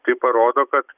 tai parodo kad